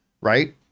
right